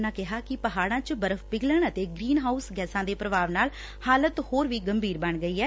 ਉਨੂਾ ਕਿਹਾ ਕਿ ਪਹਾਤਾ ਚ ਬਰਫ਼ ਪਿਘਲਣ ਅਤੇ ਗਰੀਨ ਹਾਊਸ ਗੈਸਾਂ ਦੇ ਪ੍ਰਭਾਵ ਨਾਲ ਹਾਲਤ ਹੋਰ ਵੀ ਗੰਭੀਰ ਬਣ ਗਈ ਐ